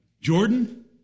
Jordan